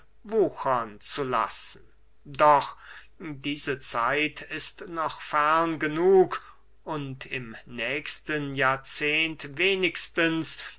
wuchern zu lassen doch diese zeit ist noch fern genug und im nächsten jahrzehend wenigstens